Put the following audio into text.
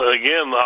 again